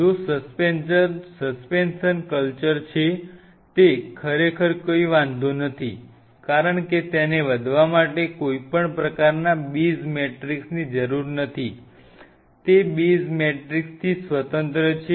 જો suspension culture છે તે ખરેખર કોઈ વાંધો નથી કારણ કે તેને વધવા માટે કોઈ પણ પ્રકારના બેઝ મેટ્રિક્સની જરૂર નથી તે બેઝ મેટ્રિક્સથી સ્વતંત્ર છે